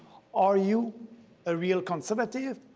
are you a real conservative?